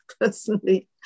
personally